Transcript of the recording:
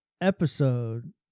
episode